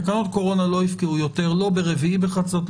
תקנות קורונה לא יפקעו יותר לא ברביעי בחצות,